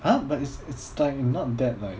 !huh! but it's it's like not that like